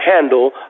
handle